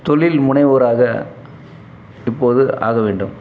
தொழில் முனைவோராக இப்போது ஆக வேண்டும்